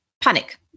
panic